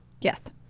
Yes